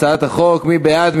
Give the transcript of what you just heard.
מי בעד?